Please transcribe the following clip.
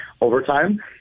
overtime